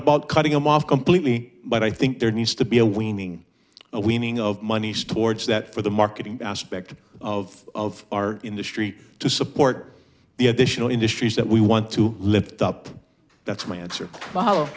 about cutting them off completely but i think there needs to be a weaning weaning of monies towards that for the marketing aspect of our industry to support the additional industries that we want to lift up that's my answer